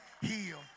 heal